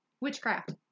Witchcraft